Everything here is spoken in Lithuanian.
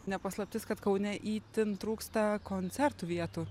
ne paslaptis kad kaune itin trūksta koncertų vietų